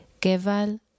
Geval